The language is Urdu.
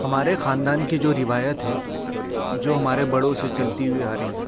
ہمارے خاندان کی جو روایت ہے جو ہمارے بڑوں سے چلتی ہوئی آ رہی ہیں